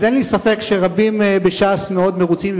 אז אין לי ספק שרבים בש"ס מאוד מרוצים,